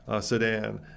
sedan